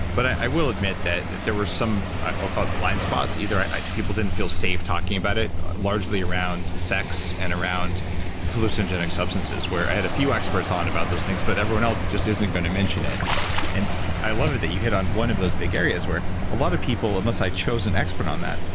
but i will admit that that there was some i'll call it blind spots. either people didn't feel safe talking about it, largely around sex and around hallucinogenic substances, where i had a few experts on about those things, but everyone else just isn't going to mention it and i love it that you hit on one of those big areas where a lot of people, unless i chose an expert on that,